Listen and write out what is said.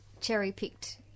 cherry-picked